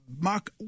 Mark